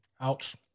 Ouch